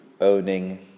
owning